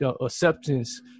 acceptance